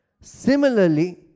Similarly